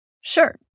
Sure